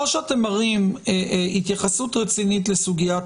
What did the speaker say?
או שאתם מראים התייחסות רצינית לסוגיית